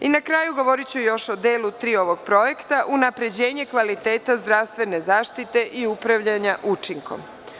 Na kraju, govoriću još o delu tri ovog projekta, unapređenje kvaliteta zdravstvene zaštite i upravljanja učinkom.